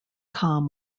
com